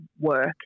work